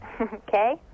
okay